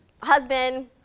husband